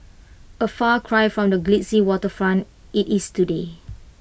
A far cry from the glitzy waterfront IT is today